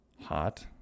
hot